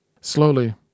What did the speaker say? Slowly